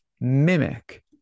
mimic